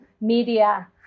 media